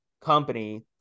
company